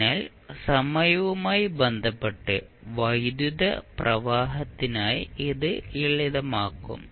അതിനാൽ സമയവുമായി ബന്ധപ്പെട്ട് വൈദ്യുതപ്രവാഹത്തിനായി ഇത് ലളിതമാക്കും